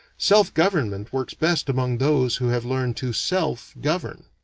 self-government works best among those who have learned to self-govern.